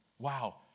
Wow